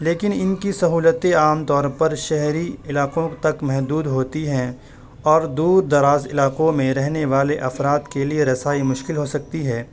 لیکن ان کی سہولتیں عام طور پر شہری علاقوں تک محدود ہوتی ہیں اور دور دراز علاقوں میں رہنے والے افراد کے لیے رسائی مشکل ہو سکتی ہے